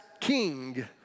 king